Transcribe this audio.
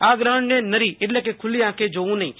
આ ગ્રહણને નરી એટલે કે ખુલી આંખે જોવું નહીં